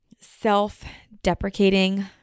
self-deprecating